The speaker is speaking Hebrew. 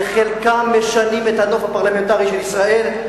וחלקם משנים את הנוף הפרלמנטרי של ישראל.